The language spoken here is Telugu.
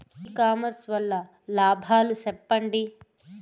ఇ కామర్స్ వల్ల లాభాలు సెప్పండి?